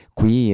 qui